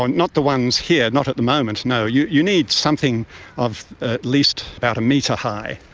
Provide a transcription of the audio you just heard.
and not the ones here, not at the moment, no. you you need something of ah at least about a metre high.